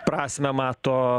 prasmę mato